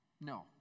No